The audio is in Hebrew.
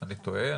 אני טועה?